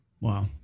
Wow